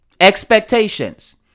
Expectations